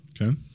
Okay